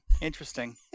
interesting